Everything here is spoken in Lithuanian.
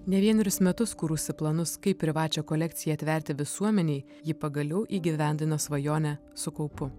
ne vienerius metus kūrusi planus kaip privačią kolekciją atverti visuomenei ji pagaliau įgyvendino svajonę su kaupu